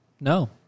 No